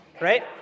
right